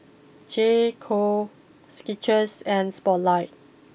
J Co Skittles and Spotlight